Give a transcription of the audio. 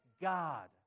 God